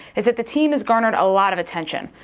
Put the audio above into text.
is that the team has garnered a lot of attention.